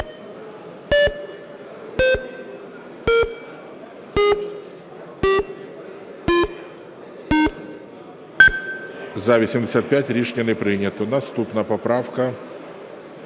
За-85 Рішення не прийнято. Наступна поправка